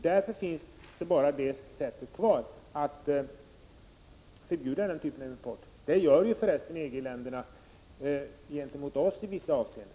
Därför finns bara det sättet kvar att vi förbjuder den typen av import; det gör för övrigt EG-länderna gentemot oss i vissa avseenden.